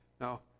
Now